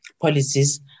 policies